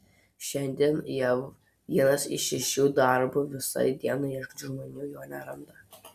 šiandien jav vienas iš šešių darbo visai dienai ieškančių žmonių jo neranda